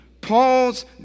Paul's